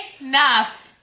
enough